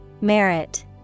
Merit